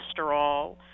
cholesterol